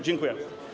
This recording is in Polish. Dziękuję.